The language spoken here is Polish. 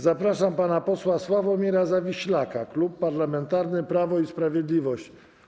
Zapraszam pana posła Sławomira Zawiślaka, Klub Parlamentarny Prawo i Sprawiedliwość.